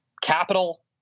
capital